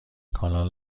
کانال